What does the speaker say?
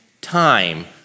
time